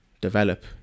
develop